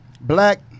Black